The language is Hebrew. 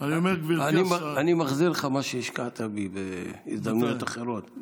אני מחזיר לך מה שהשקעת בי בהזדמנויות אחרות,